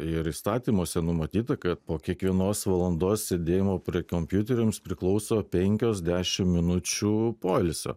ir įstatymuose numatyta kad po kiekvienos valandos sėdėjimo prie kompiuterio jums priklauso penkios dešim minučių poilsio